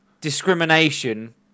discrimination